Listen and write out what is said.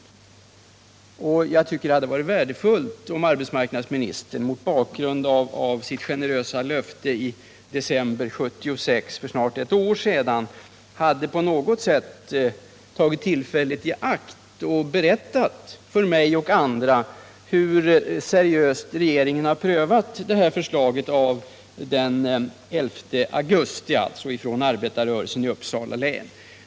Jag tycker därför det hade varit värdefullt om han mot bakgrund av sitt generösa löfte i december 1976 — alltså för snart ett år sedan — hade tagit tillfället i akt att berätta för mig och andra hur seriöst regeringen har prövat förslaget av den 11 augusti från arbetarrörelsen i Uppsala län.